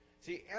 See